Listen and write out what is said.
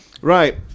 Right